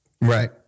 Right